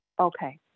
Okay